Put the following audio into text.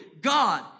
God